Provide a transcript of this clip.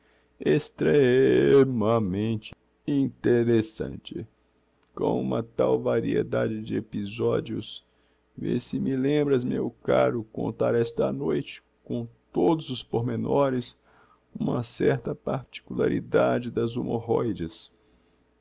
doença extrê ê mamente interessante com uma tal variedade de episodios vê se me lembras meu caro contar esta noite com todos os pormenores uma certa particularidade das humorroides